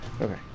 Okay